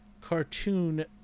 cartoon